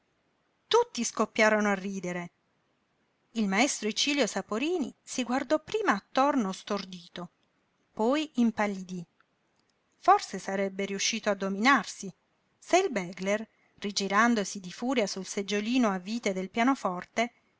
tutti scoppiarono a ridere il maestro icilio saporini si guardò prima attorno stordito poi impallidí forse sarebbe riuscito a dominarsi se il begler rigirandosi di furia sul seggiolino a vite del pianoforte